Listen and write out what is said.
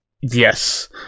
Yes